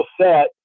set